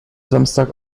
samstag